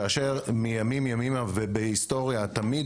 כאשר מימים ימימה ובהיסטוריה תמיד